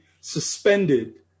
suspended